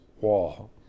wall